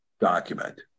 document